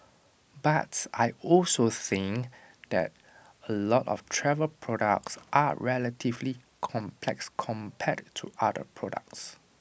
but I also think that A lot of travel products are relatively complex compared to other products